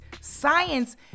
science